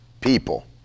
people